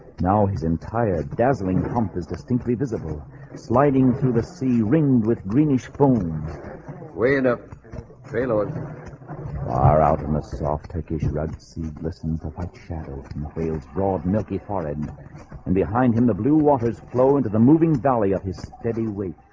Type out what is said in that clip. now his entire dazzling hump is distinctly visible sliding through sea ring with greenish bones weigh enough trailers are out in the soft turkish rug seat listen to what shadows and whales broad milky forehead and behind him the blue waters flow into the moving dolly of his steady weight